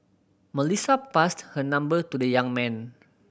Melissa passed her number to the young man